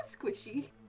squishy